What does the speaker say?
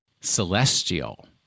celestial